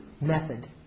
method